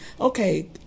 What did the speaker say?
okay